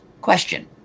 question